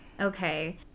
okay